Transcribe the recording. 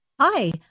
Hi